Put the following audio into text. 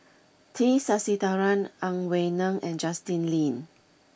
T Sasitharan Ang Wei Neng and Justin Lean